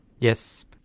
Yes